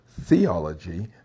theology